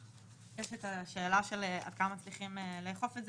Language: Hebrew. יש את השאלה עד כמה מצליחים לאכוף את זה